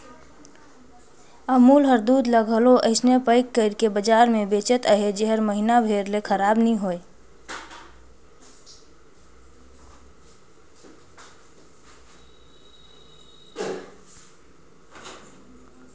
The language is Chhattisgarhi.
अमूल हर दूद ल घलो अइसे पएक कइर के बजार में बेंचत अहे जेहर महिना भेर ले खराब नी होए